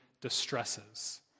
distresses